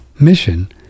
mission